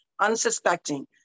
unsuspecting